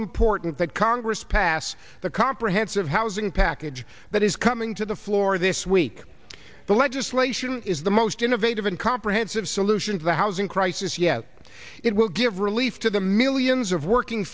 important that congress pass the comprehensive housing package that is coming to the floor this week the legislation is the most innovative and comprehensive solution to the housing crisis yet it will give relief to the millions of working